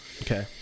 Okay